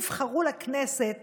זאת אומרת, אנשים נבחרו לכנסת